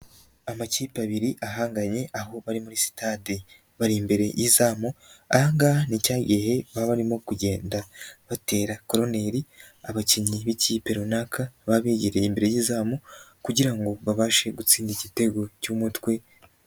Amakipe abiri ahanganye aho bari muri sitade bari imbere y'izamu aha ngaha ni cya gihe baba barimo kugenda batera koroneri abakinnyi b'ikipe runaka baba begereye imbere y'izamu kugira ngo babashe gutsinda igitego cy'umutwe.